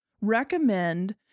recommend